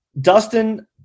Dustin